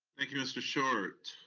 thank you, mr. short.